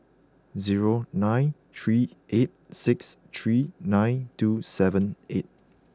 zero nine three eight six three nine two seven eight